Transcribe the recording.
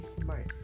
smart